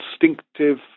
instinctive